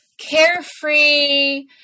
carefree